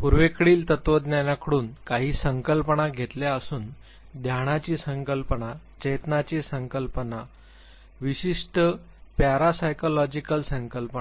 पूर्वेकडील तत्वज्ञानाकडून काही संकल्पना घेतलेल्या घेतल्या अजून ध्यानाची संकल्पना चेतनाची संकल्पना विशिष्ट पॅरासायकोलॉजीकल संकल्पना